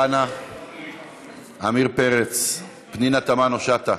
אמיר אוחנה, עמיר פרץ, פנינה תמנו-שטה.